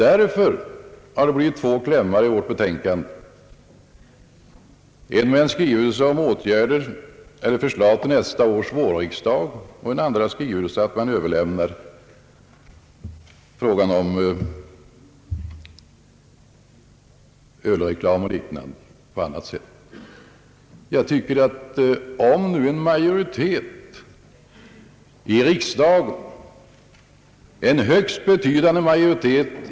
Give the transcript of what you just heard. Därför har det blivit två klämmar i utskottets betänkande, en med förslag till nästa års vårriksdag och en med förslag om att frågan om Öölreklam och liknande skall övervägas på annat sätt.